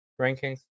rankings